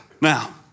now